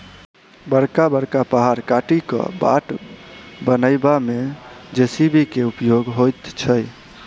बड़का बड़का पहाड़ काटि क बाट बनयबा मे जे.सी.बी के उपयोग होइत छै